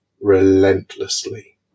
relentlessly